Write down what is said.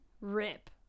Rip